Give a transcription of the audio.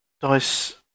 Dice